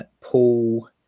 Paul